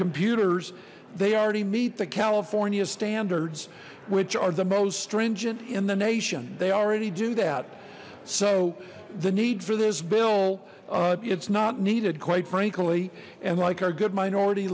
computers they already meet the california standards which are the most stringent in the nation they already do that so the need for this bill it's not needed quite frankly and like our good minority